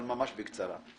אבל ממש בקצרה.